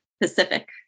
Pacific